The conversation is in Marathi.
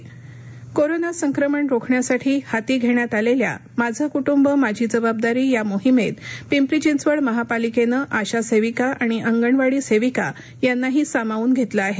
पिंपरी चिंचवड कोरोना संक्रमणाला रोखण्यासाठी हाती घेण्यात आलेल्या माझं कुटुंब माझी जबाबदारी या मोहिमेत पिंपरी चिंचवड महापालिकेने आशा सेविका आणि अंगणवाडी सेविका यांनाही सामावून घेतलं आहे